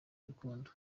urukundo